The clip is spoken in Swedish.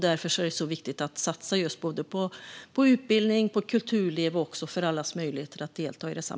Därför är det så viktigt att satsa på utbildning, på kulturliv och på allas möjligheter att delta i dem.